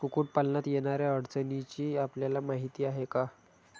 कुक्कुटपालनात येणाऱ्या अडचणींची आपल्याला माहिती आहे का?